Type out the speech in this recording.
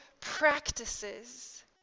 practices